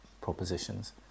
propositions